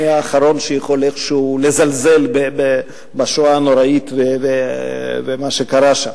אני האחרון שיכול איכשהו לזלזל בשואה הנוראית ומה שקרה שם,